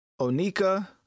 Onika